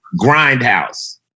grindhouse